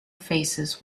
faces